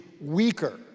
weaker